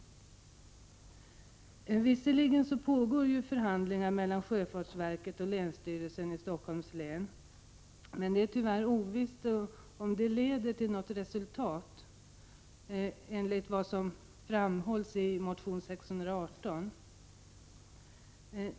Visserligen pågår förhandlingar mellan sjöfartsverket och länsstyrelsen i Stockholms län. Men det är tyvärr ovisst om de leder till något resultat, enligt vad som framhålls i motion 618.